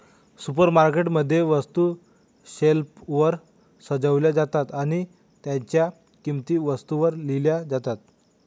supermarket मध्ये, वस्तू शेल्फवर सजवल्या जातात आणि त्यांच्या किंमती वस्तूंवर लिहिल्या जातात